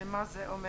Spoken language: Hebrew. ומה אומר